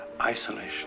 isolation